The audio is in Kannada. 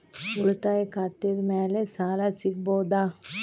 ಉಳಿತಾಯ ಖಾತೆದ ಮ್ಯಾಲೆ ಸಾಲ ಸಿಗಬಹುದಾ?